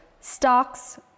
stocks